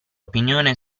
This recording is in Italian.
opinione